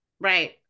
right